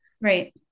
Right